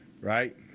Right